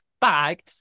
bag